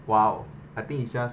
!wow! I think it's just